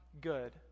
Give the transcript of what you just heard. good